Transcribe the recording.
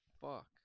fuck